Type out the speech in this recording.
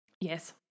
Yes